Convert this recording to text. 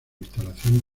instalación